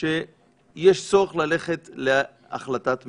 שיש צורך ללכת להחלטת ממשלה.